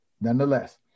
Nonetheless